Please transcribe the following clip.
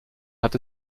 hat